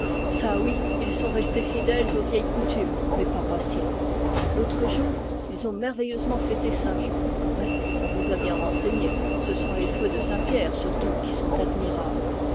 ça oui ils sont restés fidèles aux vieilles coutumes mes paroissiens l'autre jour ils ont merveilleusement fêté saint jean mais on vous a bien renseigné ce sont les feux de saint pierre surtout qui sont admirables